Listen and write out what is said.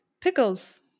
pickles